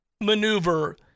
maneuver